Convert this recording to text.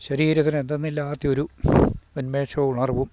ശരീരത്തിന് എന്തെന്നില്ലാത്ത ഒരു ഉന്മേഷവും ഉണർവും